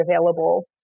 available